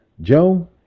Joe